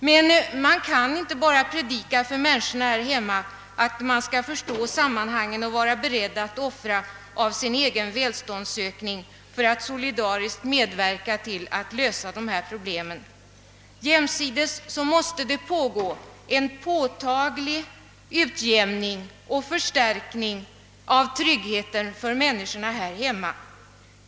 Men vi kan inte bara predika för människorna här hemma att de skall förstå sammanhanget och vara beredda att offra av sin egen välståndsökning för att solidariskt medverka till att lösa dessa problem. Jämsides måste det fortgå en påtaglig utjämning och förstärkning av tryggheten för dem själva.